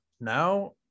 Now